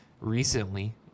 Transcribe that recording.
recently